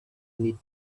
need